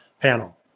panel